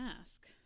ask